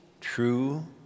True